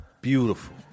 Beautiful